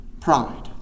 pride